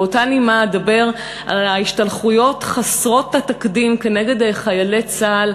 ובאותה נימה דבר על ההשתלחויות חסרות התקדים בחיילי צה"ל,